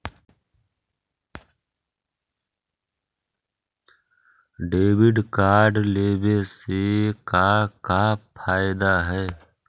Debit card लेवे से का का फायदा है?